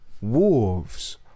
wolves